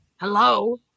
Hello